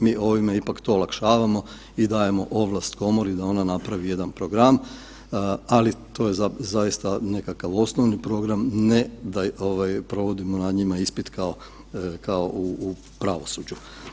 Mi ovime time ipak olakšavamo i dajemo ovlast komori da ona napravi jedan program, ali to je zaista nekakav osnovni program, ne da provodimo nad njima ispit kao u pravosuđu.